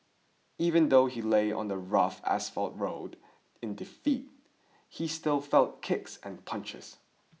even though he lay on the rough asphalt road in defeat he still felt kicks and punches